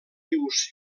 rius